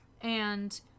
and-